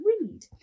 read